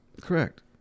Correct